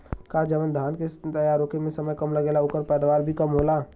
का जवन धान के तैयार होखे में समय कम लागेला ओकर पैदवार भी कम होला?